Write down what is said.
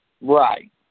Right